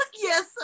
yes